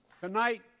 Tonight